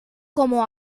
como